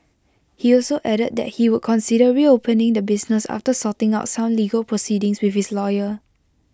he also added that he would consider reopening the business after sorting out some legal proceedings with his lawyer